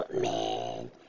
man